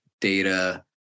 data